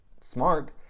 smart